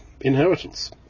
inheritance